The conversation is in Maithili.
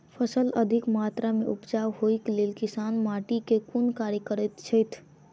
फसल अधिक मात्रा मे उपजाउ होइक लेल किसान माटि मे केँ कुन कार्य करैत छैथ?